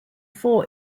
four